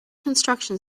construction